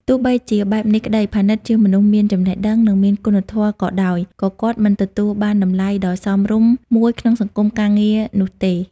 ទោះបីជាបែបនេះក្តី ផានីតជាមនុស្សមានចំណេះដឹង និងមានគុណធម៌ក៏ដោយ ក៏គាត់មិនទទួលបានតម្លៃដ៏សមរម្យមួយក្នុងសង្គមការងារនោះទេ។